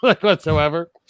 whatsoever